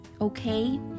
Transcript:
okay